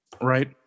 right